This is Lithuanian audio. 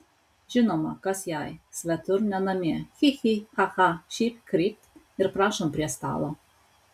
žinoma kas jai svetur ne namie chi chi cha cha šypt krypt ir prašom prie stalo